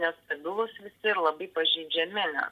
nestabilūs visi ir labai pažeidžiami net